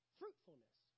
fruitfulness